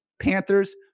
Panthers